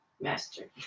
master